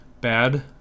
bad